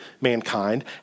mankind